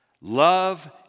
love